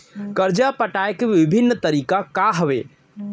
करजा पटाए के विभिन्न तरीका का हवे?